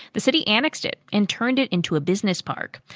the city annexed it, and turned it into a business park.